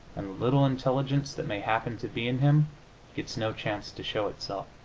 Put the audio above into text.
little intelligence that may happen to be in him gets no chance to show itself.